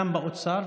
גם באוצר,